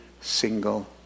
single